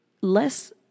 less